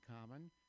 common